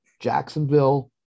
Jacksonville